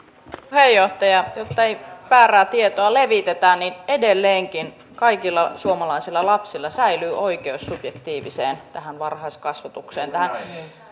puheenjohtaja jotta ei väärää tietoa levitetä niin edelleenkin kaikilla suomalaisilla lapsilla säilyy oikeus tähän subjektiiviseen varhaiskasvatukseen